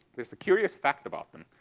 there's a curious fact about them,